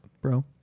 bro